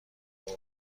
آوری